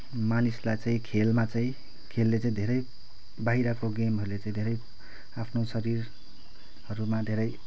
मानिसलाई चाहिँ खेलमा चाहिँ खेलले चाहिँ धेरै बाहिरको गेमहरूले चाहिँ धेरै आफ्नो शरीरहरूमा धेरै